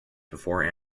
before